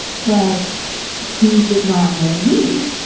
but he did not know me